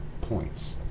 points